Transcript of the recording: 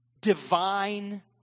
divine